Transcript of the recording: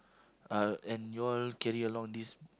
uh and you all carry along this